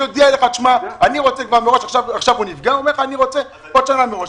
יגיד אני רוצה עוד שנה מראש.